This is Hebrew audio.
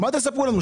מה תספרו לנו?